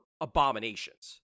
abominations